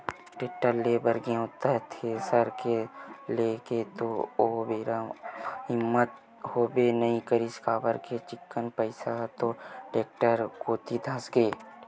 tractor ले बर गेंव त थेरेसर के लेय के तो ओ बेरा म हिम्मत होबे नइ करिस काबर के चिक्कन पइसा ह तो टेक्टर कोती धसगे